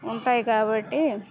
ఉంటాయి కాబట్టి